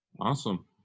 Awesome